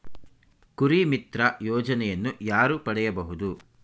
ಕುರಿಮಿತ್ರ ಯೋಜನೆಯನ್ನು ಯಾರು ಪಡೆಯಬಹುದು?